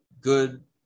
good –